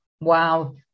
Wow